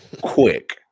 Quick